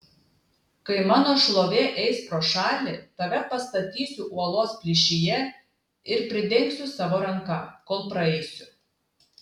kai mano šlovė eis pro šalį tave pastatysiu uolos plyšyje ir pridengsiu savo ranka kol praeisiu